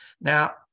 Now